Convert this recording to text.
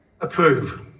Approve